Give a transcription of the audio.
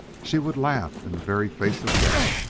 she would laugh in the very face of death,